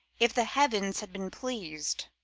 if the heavens had been pleas'd,